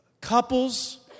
couples